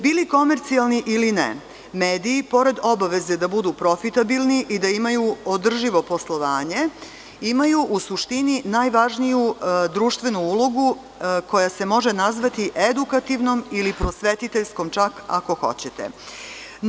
Bili komercijalni ili ne, mediji pored obaveze da budu profitabilni i da imaju održivo poslovanje, imaju u suštini najvažniju društvenu ulogu koja se može nazvati edukativnom ili prosvetiteljskom, ako hoćete tako.